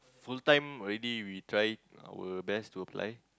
full time already we try our best to apply